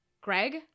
Greg